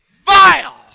Vile